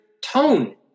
tone